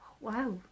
Wow